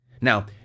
Now